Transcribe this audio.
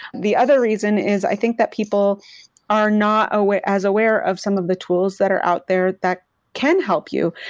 the other reason is, i think that people are not as aware of some of the tools that are out there that can help you.